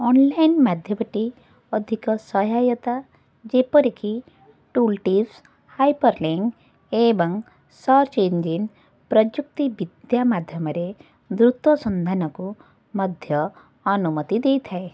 online ମାଧ୍ୟମଟି ଅଧିକ ସହାୟତା ଯେପରିକି ଟୁଲ୍ଟିପ୍ସ୍ ହାଇପର୍ଲିଙ୍କ୍ ଏବଂ ସର୍ଚ୍ଚ୍ ଇଞ୍ଜିନ୍ ପ୍ରଯୁକ୍ତିବିଦ୍ୟା ମାଧ୍ୟମରେ ଦ୍ରୁତ ସନ୍ଧାନକୁ ମଧ୍ୟ ଅନୁମତି ଦେଇଥାଏ